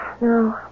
no